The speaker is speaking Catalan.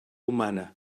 humana